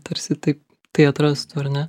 tarsi taip tai atrastų ar ne